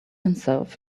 himself